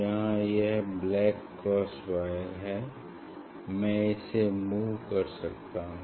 यहाँ यह black cross wire है मैं इसे मूव कर सकता हूँ